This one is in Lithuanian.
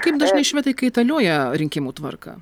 kaip dažnai švedai kaitalioja rinkimų tvarką